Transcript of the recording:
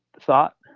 thought